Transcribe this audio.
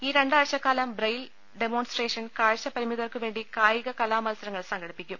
ഈ രണ്ടാഴ്ച കാലം ബ്രയിൽ ഡെമോൺസ്ട്രേഷൻ കാഴ്ച പരിമിതർക്കു വേണ്ടി കായിക കലാമത്സരങ്ങൾ സംഘടിപ്പിക്കും